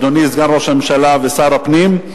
אדוני סגן ראש הממשלה ושר הפנים,